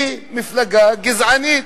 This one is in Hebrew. היא מפלגה גזענית.